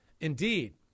Indeed